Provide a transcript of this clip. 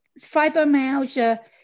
fibromyalgia